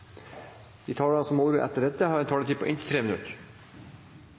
De talerne som heretter får ordet, har en taletid på inntil 3 minutter.